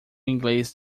inglês